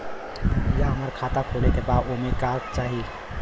भईया हमार खाता खोले के बा ओमे का चाही?